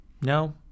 No